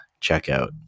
checkout